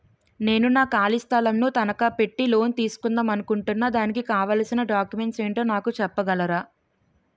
నేను నా ఖాళీ స్థలం ను తనకా పెట్టి లోన్ తీసుకుందాం అనుకుంటున్నా దానికి కావాల్సిన డాక్యుమెంట్స్ ఏంటో నాకు చెప్పగలరా?